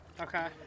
Okay